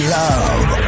love